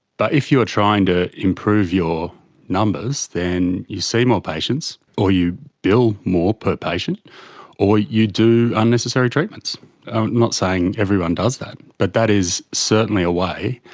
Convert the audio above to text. but if you're trying to improve your numbers, then you see more patients or you bill more per patient or you do unnecessary treatments. i'm not saying everyone does that but that is certainly a way,